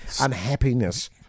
unhappiness